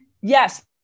Yes